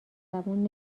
زبون